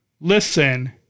listen